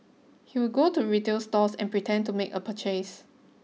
he would go to retail stores and pretend to make a purchase